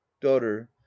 Daughter